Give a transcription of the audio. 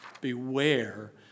beware